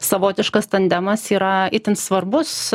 savotiškas tandemas yra itin svarbus